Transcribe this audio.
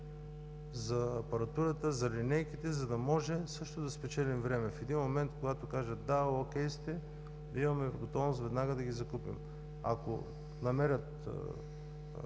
за апаратурата, за линейките, за да можем също да спечелим време. В един момент, когато кажат: да, о’кей сте, да имаме готовност веднага да ги закупим. Ако проверяващият